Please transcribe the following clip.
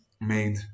made